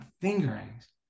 fingerings